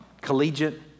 collegiate